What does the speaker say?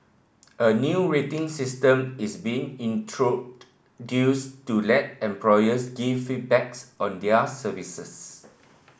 a new rating system is being introduced to let employers give feedbacks on their services